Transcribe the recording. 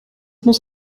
muss